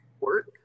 work